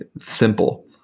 simple